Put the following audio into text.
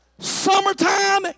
Summertime